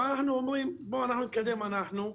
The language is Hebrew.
אבל אנחנו אומרים: נקדם אנחנו,